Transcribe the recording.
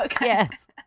Yes